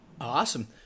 awesome